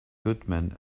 goodman